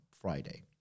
Friday